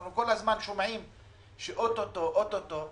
כל הזמן אנחנו שומעים שאוטוטו, אוטוטו.